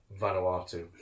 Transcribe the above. Vanuatu